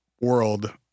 world